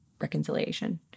reconciliation